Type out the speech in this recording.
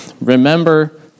remember